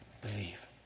believe